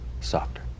Softer